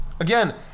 Again